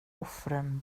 offren